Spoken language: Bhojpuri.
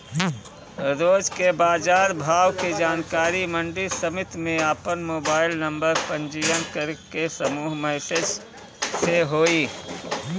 रोज के बाजार भाव के जानकारी मंडी समिति में आपन मोबाइल नंबर पंजीयन करके समूह मैसेज से होई?